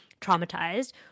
traumatized